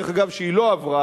שדרך אגב היא לא עברה,